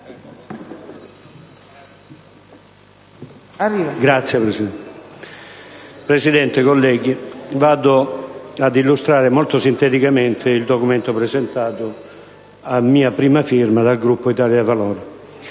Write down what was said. Signor Presidente, colleghi, illustro molto sinteticamente il documento presentato, a mia prima firma, dal Gruppo Italia dei Valori.